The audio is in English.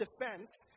defense